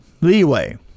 Leeway